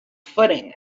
footing